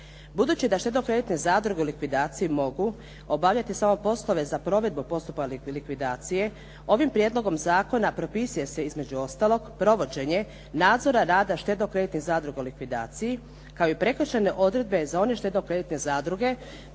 Budući da štedno-kreditne zadruge u likvidaciji mogu obavljati samo poslove za provedbu postupka likvidacije ovim prijedlogom zakona propisuje se između ostaloga provođenje nadzora rada štedno-kreditnih zadruga u likvidaciji kao i prekršajne odredbe za one štedno-kreditne zadruge